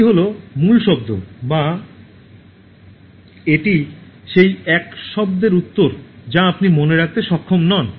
এটি হল মূলশব্দ বা এটি সেই এক শব্দের উত্তর যা আপনি মনে রাখতে সক্ষম নন